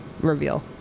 reveal